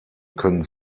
können